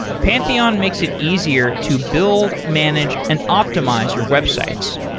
pantheon makes it easier to build, manage and optimize your websites.